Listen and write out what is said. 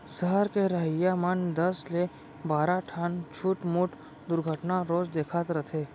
सहर के रहइया मन दस ले बारा ठन छुटमुट दुरघटना रोज देखत रथें